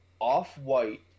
off-white